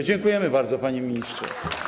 Dziękujemy bardzo, panie ministrze.